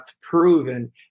proven